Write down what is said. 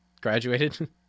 graduated